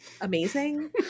amazing